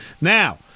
Now